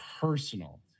personal